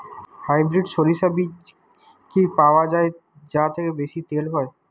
Hybrid শরিষা বীজ কি পাওয়া য়ায় যা থেকে বেশি তেল হয়?